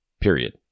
period